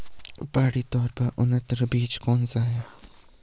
पहाड़ी तोर का उन्नत बीज कौन सा है?